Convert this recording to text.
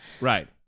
Right